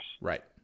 Right